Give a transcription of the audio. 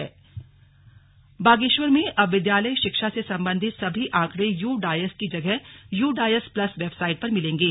slug Bageshwar शिक्षा बागेश्वर में अब विद्यालयी शिक्षा से संबंधित सभी आंकड़े यू डायस की जगह यू डायस प्लस वेबसाइट पर मिलेंगे